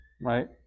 right